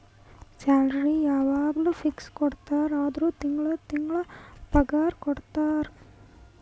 salary ಯವಾಗ್ನೂ fix ಕೊಡ್ತಾರ ಅಂದುರ್ ತಿಂಗಳಾ ತಿಂಗಳಾ ಪಗಾರ ಕೊಡ್ತಾರ